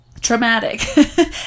traumatic